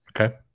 Okay